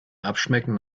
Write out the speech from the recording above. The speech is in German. abschmecken